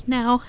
now